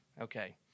Okay